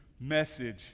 message